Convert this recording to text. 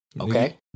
okay